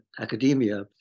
academia